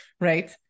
right